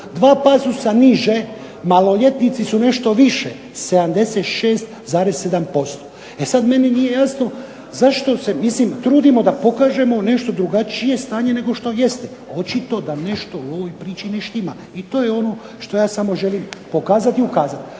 Dva pasusa niže "maloljetnici su nešto više 76,7%". E sada meni nije jasno zašto se trudimo da pokažemo nešto drugačije stanje nego što jeste. Očito da nešto u ovoj priči ne štima i to je ono što ja samo želim pokazati i ukazati.